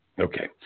Okay